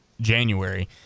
January